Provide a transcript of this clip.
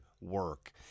work